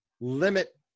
limit